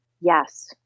Yes